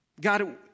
God